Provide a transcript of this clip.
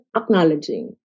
acknowledging